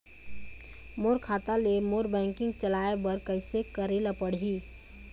मोर खाता ले मोर बैंकिंग चलाए बर कइसे करेला पढ़ही?